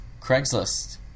Craigslist